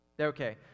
Okay